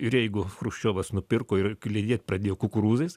ir jeigu chruščiovas nupirko ir kliedėt pradėjo kukurūzais